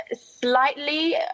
slightly